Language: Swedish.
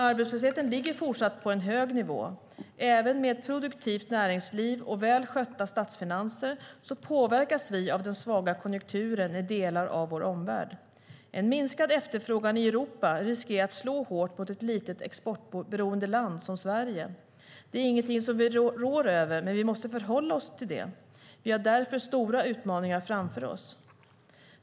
Arbetslösheten ligger fortsatt på en hög nivå. Även med ett produktivt näringsliv och väl skötta statsfinanser påverkas vi av den svaga konjunkturen i delar av vår omvärld. En minskad efterfrågan i Europa riskerar att slå hårt mot ett litet exportberoende land som Sverige. Det är ingenting som vi rår över, men vi måste förhålla oss till det. Vi har därför stora utmaningar framför oss.